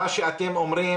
מה שאתם אומרים